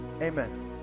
amen